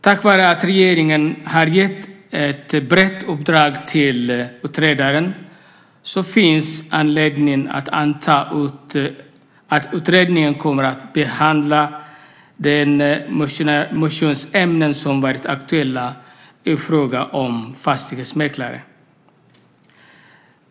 Tack vare att regeringen har gett ett brett uppdrag till utredaren finns det anledning att anta att utredningen kommer att behandla de motionsämnen som varit aktuella i fråga om fastighetsmäklare.